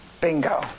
Bingo